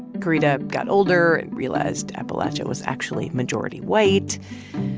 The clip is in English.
karida got older and realized appalachia was actually majority white.